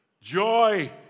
Joy